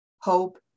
hope